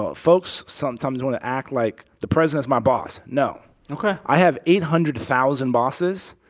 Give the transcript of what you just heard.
ah folks sometimes want to act like the president is my boss. no ok i have eight hundred thousand bosses.